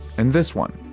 and this one?